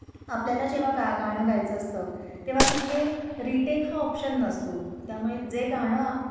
आपल्याला जेव्हा गा गाणं गायचं असतं तेव्हा तिथे रिटेक हा ऑप्शन नसतो त्यामुळे जे गाणं